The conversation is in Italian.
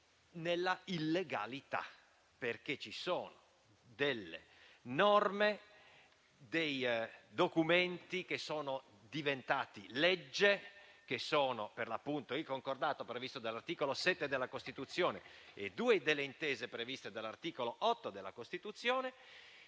nell'illegalità, perché ci sono norme e documenti che sono diventati legge, come per l'appunto il Concordato, previsto dall'articolo 7 della Costituzione, e due delle Intese previste dall'articolo 8 della Costituzione,